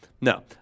No